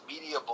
media